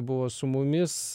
buvo su mumis